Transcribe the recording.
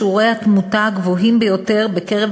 שיעורי התמותה הגבוהים ביותר בקרב